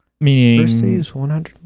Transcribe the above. Meaning